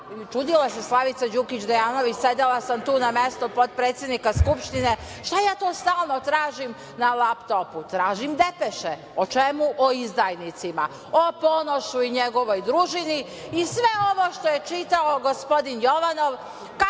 čudila se Slavica Đukić Dejanović, sedela sam tu na mestu potpredsednika Skupštine, šta ja to stalno tražim na laptopu. Tražim depeše. O čemu? O izdajnicima. O Ponošu i njegovoj družini i, sve ovo što je čitao gospodin Jovanov,